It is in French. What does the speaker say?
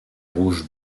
rouge